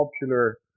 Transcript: popular